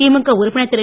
திமுக உறுப்பினர் திரு